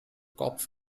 cops